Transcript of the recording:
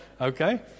Okay